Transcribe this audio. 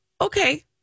Okay